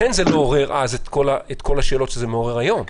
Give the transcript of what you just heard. לכן, זה לא עורר אז את כל השאלות שזה מעורר היום.